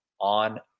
on